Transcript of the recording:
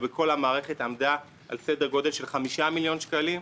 בכל המערכת עמדה על סדר גודל של חמישה מיליון שקלים,